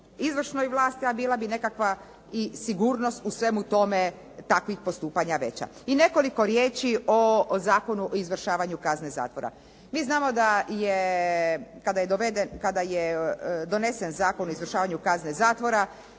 izvršnoj vlasti, a bila bi nekakva i sigurnost u svemu tome takvih postupanja veća. I nekoliko riječi o Zakonu o izvršavanju kazne zatvora. Mi znamo da je, kada je donesen Zakon o izvršavanju kazne zatvora